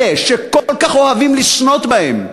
אלה שכל כך אוהבים לסנוט בהם,